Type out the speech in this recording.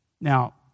Now